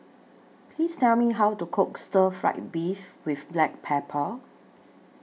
Please Tell Me How to Cook Stir Fried Beef with Black Pepper